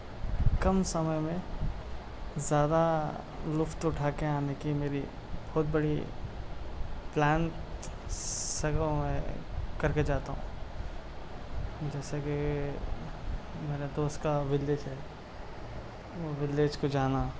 کم سمعے میں زیادہ لُطف اُٹھا کے آنے کی میری بہت بڑی پلان سکوں میں کر کے جاتا ہوں جیسے کہ میرے دوست کا ولیج ہے ولیج کو جانا